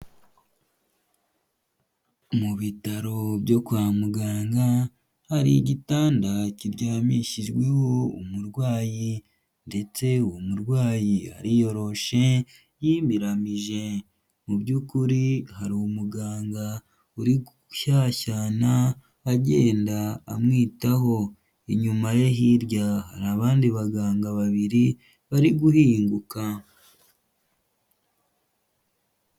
Mu bitaro byo kwa muganga, hari igitanda kiryamishijweho umurwayi ndetse uwo murwayi ariyoroshe yimiramije. Mu by'ukuri hari umuganga uri gushyashyana agenda amwitaho, inyuma ye hirya hari abandi baganga babiri bari guhinguka.